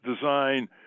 design